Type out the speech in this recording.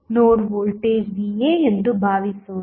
ನೋಡ್ voltage va ಎಂದು ಭಾವಿಸೋಣ